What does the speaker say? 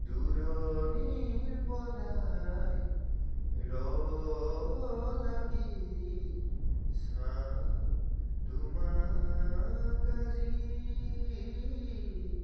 দূৰণিৰ পৰাই ৰ লাগি চাওঁ তোমাক আজি